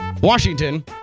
Washington